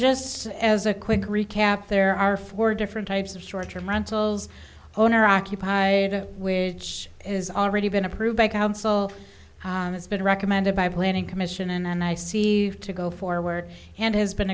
just as a quick recap there are four different types of short term rentals owner occupied with is already been approved by council has been recommended by planning commission and i see to go forward and has been